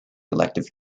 elective